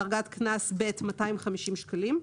דרגת קנס ב', 250 שקלים.